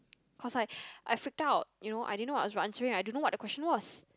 cause I I freaked out you know I didn't know what I was answering I don't know what the question was